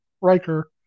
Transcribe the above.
Riker